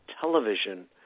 television